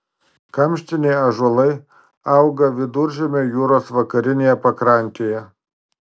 kamštiniai ąžuolai auga viduržemio jūros vakarinėje pakrantėje